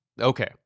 Okay